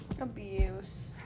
Abuse